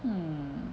hmm